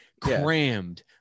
crammed